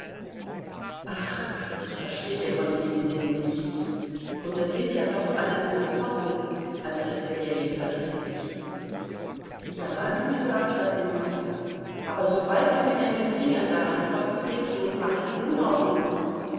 ich verstehe von diesen dingen nichts und das sind ja doch alles nur possen erwiderte ljewin verdrießlich ja du sagst das sind possen aber sobald du mit deinen fingern darankommst bringst du uns alles in unordnung